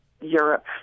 Europe